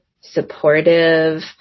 supportive